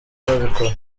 babikora